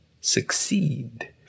succeed